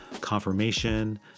confirmation